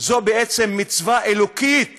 זו בעצם מצווה אלוקית